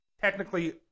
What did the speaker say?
technically